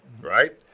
right